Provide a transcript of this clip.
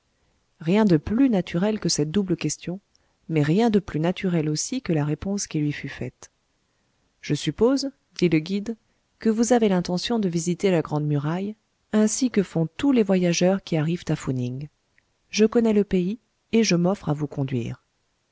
rien de plus naturel que cette double question mais rien de plus naturel aussi que la réponse qui lui fut faite je suppose dit le guide que vous avez l'intention de visiter la grande muraille ainsi que font tous les voyageurs qui arrivent à fou ning je connais le pays et je m'offre à vous conduire